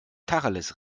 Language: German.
tacheles